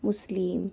मुस्लिम